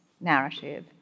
narrative